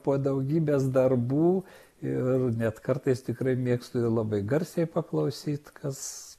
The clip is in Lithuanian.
po daugybės darbų ir net kartais tikrai mėgstu ir labai garsiai paklausyt kas